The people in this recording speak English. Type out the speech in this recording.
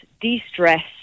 de-stress